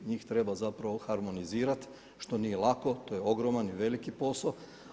Njih treba zapravo harmonizirati što nije lako, to je ogroman i veliki posao.